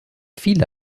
viele